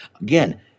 Again